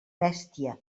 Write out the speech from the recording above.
bèstia